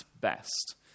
best